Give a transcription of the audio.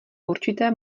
určité